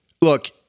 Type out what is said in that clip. Look